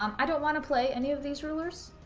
um i don't want to play any of these rulers,